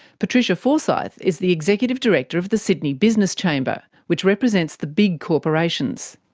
patricia forsythe is the executive director of the sydney business chamber, which represents the big corporations.